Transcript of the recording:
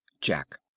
Jack